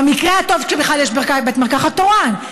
במקרה הטוב שבכלל יש בית מרקחת תורן,